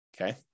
okay